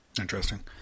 Interesting